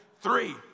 Three